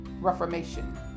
reformation